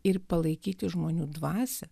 ir palaikyti žmonių dvasią